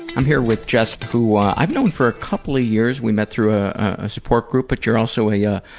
i'm here with jess who i've known for a couple of years. we met through ah a support group but you're also a yeah